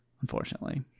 unfortunately